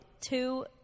two